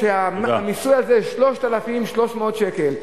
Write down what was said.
כשהמיסוי על זה 3,300 שקל.